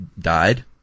died